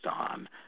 on